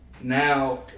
now